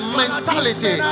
mentality